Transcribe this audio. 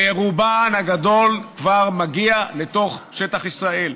ורובן הגדול כבר מגיעות לתוך שטח ישראל.